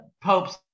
Pope's